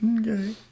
Okay